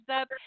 up